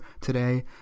today